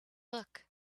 look